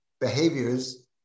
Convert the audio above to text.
behaviors